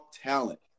talent